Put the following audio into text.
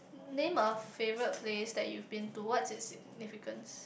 name a favourite place that you've been to what's its significance